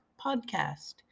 Podcast